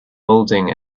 building